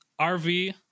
RV